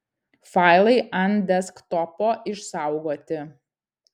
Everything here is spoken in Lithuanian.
failai ant desktopo išsaugoti